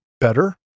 better